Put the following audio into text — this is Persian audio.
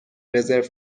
رزرو